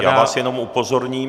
Já vás jenom upozorním.